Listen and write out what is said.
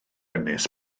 ynys